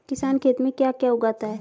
किसान खेत में क्या क्या उगाता है?